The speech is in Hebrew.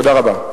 תודה רבה.